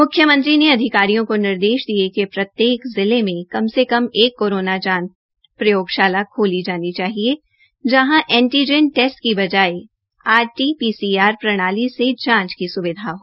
म्ख्यमंत्रह ने अधिकारियों को निर्देश दिये कि प्रत्येक जिले में कम से कम एक कोरोना जांच प्रयोगशाला खोली जानी चाहिए जहां एंटीजन टेस्ट की बजाय R T P C R प्रणाली से जांच की स्विधा हो